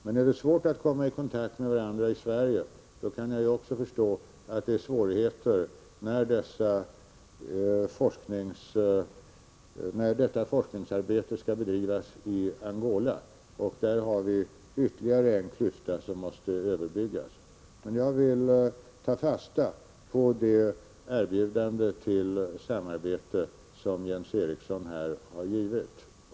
Men är det svårt att komma i kontakt med varandra i Sverige, kan jag också förstå att det är svårigheter när detta forskningsarbete skall bedrivas i Angola, där har vi ytterligare en klyfta som måste överbryggas. Men jag vill ta fasta på det erbjudande till samarbete som Jens Eriksson här har givit.